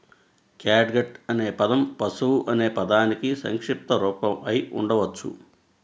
catgut అనే పదం పశువు అనే పదానికి సంక్షిప్త రూపం అయి ఉండవచ్చు